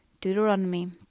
Deuteronomy